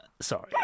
Sorry